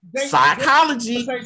Psychology